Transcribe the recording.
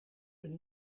een